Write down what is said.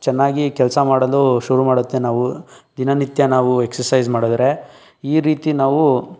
ಚೆನ್ನಾಗಿ ಕೆಲಸ ಮಾಡಲು ಶುರು ಮಾಡುತ್ತೆ ನಾವು ದಿನನಿತ್ಯ ನಾವು ಎಕ್ಸಸೈಸ್ ಮಾಡಿದ್ರೆ ಈ ರೀತಿ ನಾವು